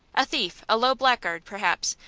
a thief, a low blackguard, perhaps,